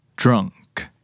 Drunk